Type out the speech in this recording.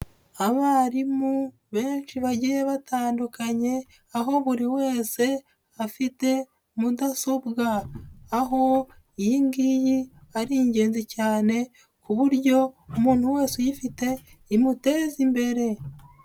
Abarimu benshi bagiye batandukanye, aho buri wese afite mudasobwa. Aho iyi ngiyi ari ingenzi cyane, ku buryo umuntu wese uyifite imuteza imbere.